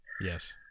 Yes